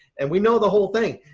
and we know the whole thing,